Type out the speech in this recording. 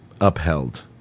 upheld